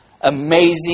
amazing